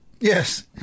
Yes